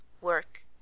Work